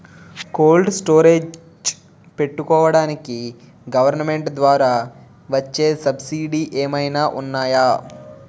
Cold storage పెట్టుకోడానికి government ద్వారా వచ్చే సబ్సిడీ ఏమైనా ఉన్నాయా?